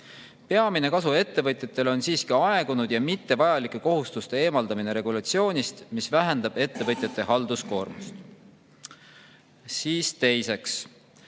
Peamine kasu ettevõtjatele on siiski aegunud ja mittevajalike kohustuste eemaldamine regulatsioonist, mis vähendab ettevõtjate halduskoormust. Teiseks,